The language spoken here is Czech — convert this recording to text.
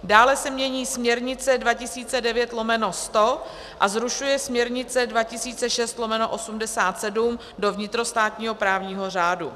Dále se mění směrnice 2009/100 a zrušuje směrnice 2006/87 do vnitrostátního právního řádu.